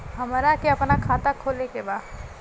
हमरा के अपना खाता खोले के बा?